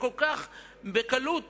וכל כך בקלות